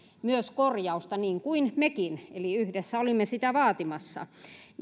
myös korjausta niin kuin mekin eli yhdessä olimme sitä vaatimassa